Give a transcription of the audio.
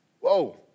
Whoa